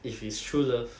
if it's true love